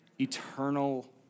Eternal